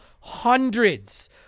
Hundreds